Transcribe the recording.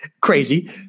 Crazy